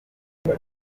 icyo